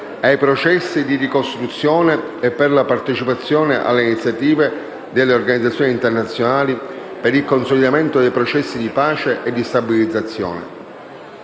ai processi di ricostruzione e per la partecipazione alle iniziative delle organizzazioni internazionali per il consolidamento dei processi di pace e di stabilizzazione.